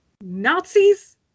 Nazis